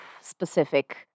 specific